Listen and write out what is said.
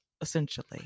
essentially